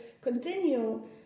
continue